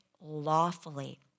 lawfully